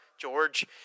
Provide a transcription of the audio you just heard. George